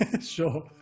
Sure